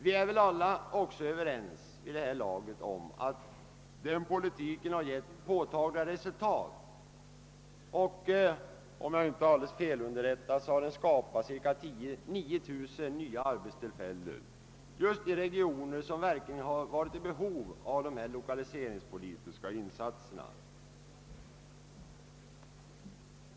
Vi är väl alla vid det här laget överens om att denna politik givit påtagliga resultat, och om jag inte är alldeles felunderrättad har den skapat cirka 9 000 nya arbetstillfällen i just sådana regioner som verkligen varit i behov av lokaliseringspolitiska insatser.